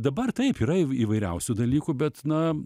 dabar taip yra įv įvairiausių dalykų bet na